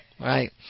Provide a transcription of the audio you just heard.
right